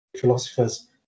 philosophers